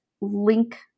link